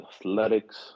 athletics